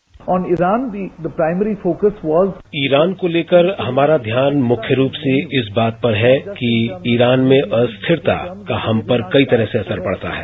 bite Iran को लेकर हमारा ध्यान मुख्य रूप से इस बात पर है कि ईरान में अस्थिरता का हम पर कई तरह से असर पड़ता है